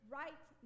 right